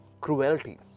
Cruelty